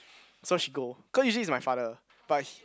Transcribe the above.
so she go cause usually it's my father but he